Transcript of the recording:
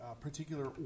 particular